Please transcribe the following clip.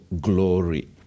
glory